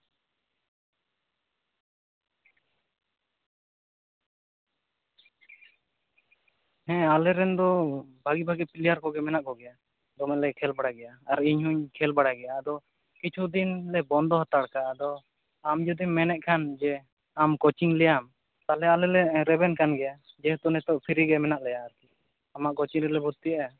ᱦᱮᱸ ᱟᱞᱮᱨᱮᱱ ᱫᱚ ᱵᱷᱟᱜᱮ ᱵᱷᱟᱮ ᱯᱞᱮᱭᱟᱨ ᱠᱚᱜᱮ ᱢᱮᱱᱟᱜ ᱠᱚᱜᱮᱭᱟ ᱟᱫ ᱫᱚᱢᱮᱞᱮ ᱠᱷᱮᱹᱞ ᱵᱟᱲᱟᱭ ᱜᱮᱭᱟ ᱟᱨ ᱤᱧ ᱦᱩᱧ ᱠᱷᱮᱹᱞ ᱵᱟᱲᱟᱭ ᱜᱮᱭᱟ ᱟᱫᱚ ᱠᱤᱪᱷᱩ ᱫᱤᱱ ᱞᱮ ᱵᱚᱱᱫᱚ ᱦᱟᱛᱟᱲ ᱟᱠᱟᱜᱼᱟ ᱟᱫᱚ ᱟᱢ ᱡᱩᱫᱤᱢ ᱢᱮᱱᱮᱫ ᱠᱷᱟᱱ ᱡᱮ ᱟᱢ ᱠᱳᱪᱤᱝ ᱞᱮᱭᱟᱢ ᱛᱟᱞᱦᱮ ᱟᱞᱮ ᱞᱮ ᱨᱮᱵᱮᱱ ᱠᱟᱱ ᱜᱮᱭᱟ ᱡᱮᱦᱮᱛᱩ ᱱᱤᱛᱳᱜ ᱯᱷᱨᱤ ᱜᱮ ᱢᱮᱱᱟᱜ ᱞᱮᱭᱟ ᱟᱨᱠᱤ ᱟᱢᱟᱜ ᱠᱳᱪᱤᱝ ᱨᱮᱞᱮ ᱵᱷᱩᱛᱛᱤᱜᱼᱟ